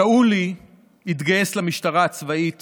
שאולי התגייס למשטרה הצבאית